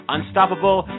Unstoppable